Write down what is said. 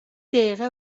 دیقه